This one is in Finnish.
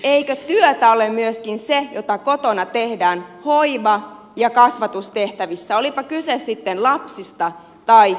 eikö työtä ole myöskin se mitä kotona tehdään hoiva ja kasvatustehtävissä olipa kyse sitten lapsista tai vanhuksista